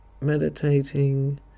meditating